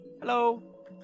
Hello